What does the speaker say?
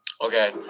Okay